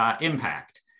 impact